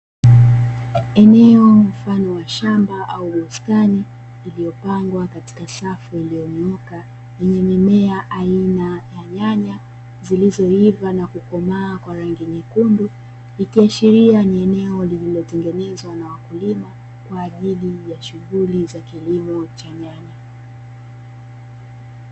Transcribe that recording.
Eneo mfano wa shamba au bustani iliyopangwa katika safu iliyonyooka yenye mimea aina ya nyanya zilizoiva na kukomaa kwa rangi nyekundu. Ikiashiria ni eneo lililotengenezwa na wakulima kwa ajili ya shughuli za kilimo cha nyanya.